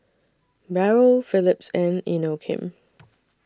Barrel Phillips and Inokim